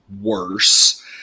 worse